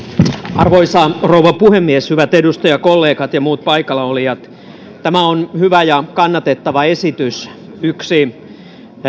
arvoisa rouva puhemies hyvät edustajakollegat ja muut paikalla olijat tämä on hyvä ja kannatettava esitys yksi